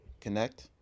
connect